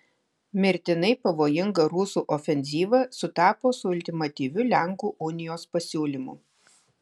mirtinai pavojinga rusų ofenzyva sutapo su ultimatyviu lenkų unijos pasiūlymu